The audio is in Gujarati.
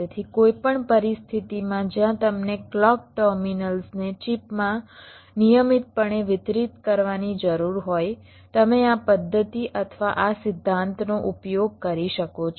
તેથી કોઈપણ પરિસ્થિતિમાં જ્યાં તમને ક્લૉક ટર્મિનલ્સને ચિપમાં નિયમિતપણે વિતરિત કરવાની જરૂર હોય તમે આ પદ્ધતિ અથવા આ સિદ્ધાંતનો ઉપયોગ કરી શકો છો